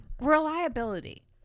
Reliability